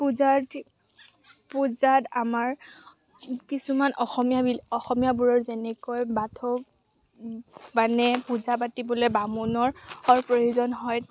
পূজাৰ পূজাত আমাৰ কিছুমান অসমীয়া অসমীয়াবোৰৰ যেনেকৈ বাথৌ মানে পূজা পাতিবলে বামুণৰ প্ৰয়োজন হয়